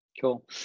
Cool